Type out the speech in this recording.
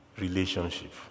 relationship